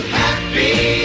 happy